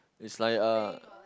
it's like a